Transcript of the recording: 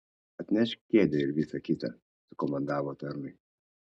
atnešk kėdę ir visa kita sukomandavo tarnui